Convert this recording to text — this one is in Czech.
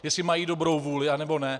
Jestli mají dobrou vůli, anebo ne.